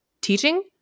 teaching